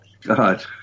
God